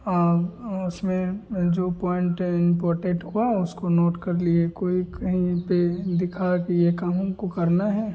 और उसमें जो है उसमें जो क्वांटरे इम्पोटेंट हुआ उसको नोट कर लिए कोई कही पर दिखा कि यह काम हमको करना है